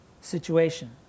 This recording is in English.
situation